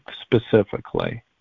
specifically